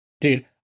Dude